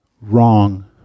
wrong